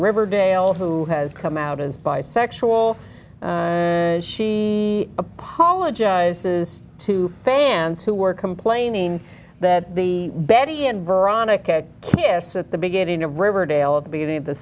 riverdale who has come out as bisexual she apologizes to fans who were complaining that the betty and veronica kiss at the beginning of riverdale at the beginning of the